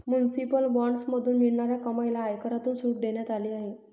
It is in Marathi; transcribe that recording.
म्युनिसिपल बॉण्ड्समधून मिळणाऱ्या कमाईला आयकरातून सूट देण्यात आली आहे